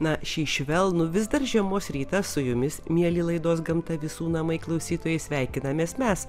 na šį švelnų vis dar žiemos rytą su jumis mieli laidos gamta visų namai klausytojai sveikinamės mes